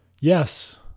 Yes